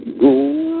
Go